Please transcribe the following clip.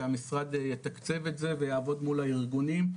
שהמשרד יתקצב את זה ויעבוד מול הארגונים.